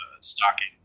stocking